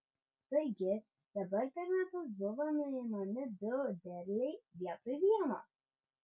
taigi dabar per metus buvo nuimami du derliai vietoj vieno